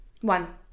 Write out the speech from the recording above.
one